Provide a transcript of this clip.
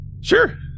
Sure